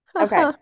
Okay